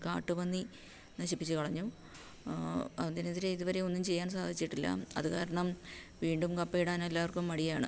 കാട്ടുപന്നി നശിപ്പിച്ചുകളഞ്ഞു അതിനെതിരെ ഇതുവരെ ഒന്നും ചെയ്യാൻ സാധിച്ചിട്ടില്ല അതുകാരണം വീണ്ടും കപ്പ ഇടാൻ എല്ലാർക്കും മടിയാണ്